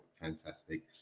fantastic